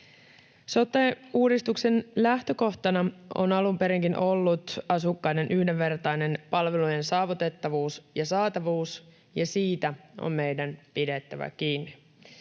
Sote-uudistuksen lähtökohtana on alun perinkin ollut asukkaiden yhdenvertainen palvelujen saavutettavuus ja saatavuus, ja siitä on meidän pidettävä kiinni.